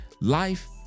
Life